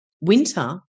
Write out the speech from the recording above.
winter